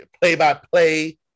play-by-play